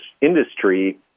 industry